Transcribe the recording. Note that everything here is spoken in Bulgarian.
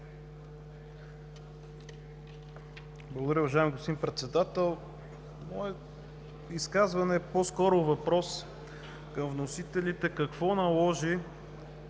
Благодаря, уважаеми господин Председател. Моето изказване е по-скоро въпрос към вносителите: какво наложи